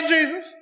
Jesus